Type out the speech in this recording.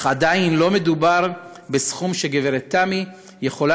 אך עדיין לא מדובר בסכום שגברת תמי יכולה